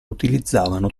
utilizzavano